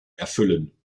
erfüllen